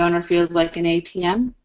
ah and feels like an atm.